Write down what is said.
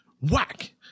Whack